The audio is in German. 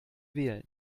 wählen